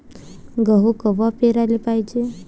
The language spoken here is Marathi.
गहू कवा पेराले पायजे?